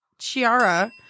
Chiara